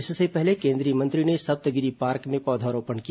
इससे पहले केंद्रीय मंत्री ने सप्तगिरी पार्क में पौधारोपण किया